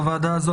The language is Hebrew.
והוועדה הזו,